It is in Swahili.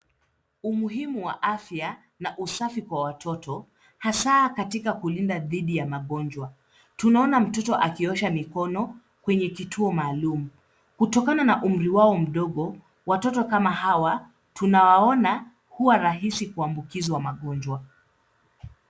Umuhimu wa afya na usafi kwa watoto hasa katika kulinda dhidi ya magonjwa ,tunaona mtoto akiosha mikono kwenye kituo maalum kutokana na umri wao mdogo watoto kama hawa tunawaona kuwa rahisi kuambukizwa magonjwa.